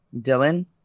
Dylan